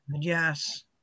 Yes